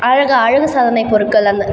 அழகா அழகு சாதனைப் பொருட்கள் அந்த